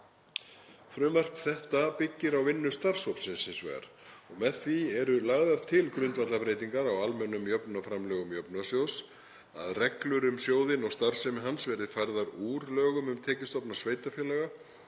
Frumvarp þetta byggir á vinnu starfshópsins hins vegar og með því eru lagðar til grundvallarbreytingar á almennum jöfnunarframlögum Jöfnunarsjóðs, að reglur um sjóðinn og starfsemi hans verði færðar úr lögum um tekjustofna sveitarfélaga